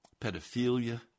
pedophilia